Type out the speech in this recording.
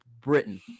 Britain